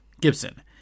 Gibson